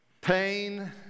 pain